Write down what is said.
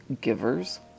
Givers